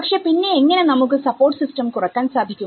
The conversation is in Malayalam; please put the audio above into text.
പക്ഷെ പിന്നെ എങ്ങനെ നമുക്ക് സപ്പോർട്ട് സിസ്റ്റം കുറക്കാൻ സാധിക്കും